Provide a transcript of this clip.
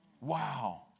Wow